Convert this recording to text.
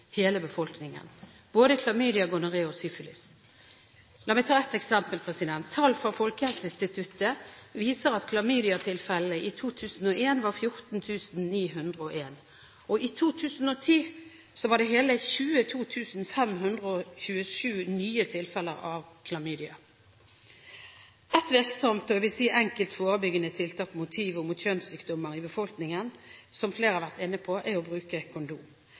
hele befolkningen – både klamydia, gonoré og syfilis. La meg ta et eksempel: Tall fra Folkehelseinstituttet viser at klamydiatilfellene i 2001 var 14 901, og i 2010 var det hele 22 527 nye tilfeller av klamydia. Et virksomt, og jeg vil si enkelt, forebyggende tiltak mot hiv og mot kjønnssykdommer i befolkningen, som flere har vært inne på, er å bruke kondom.